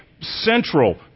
central